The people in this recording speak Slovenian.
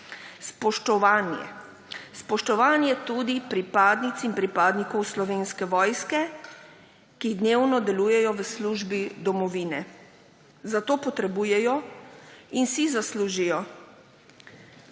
spoštovanje. Spoštovanje tudi pripadnic in pripadnikov Slovenske vojske, ki dnevno delujejo v službi domovine. Zato potrebujejo in si zaslužijo